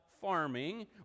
farming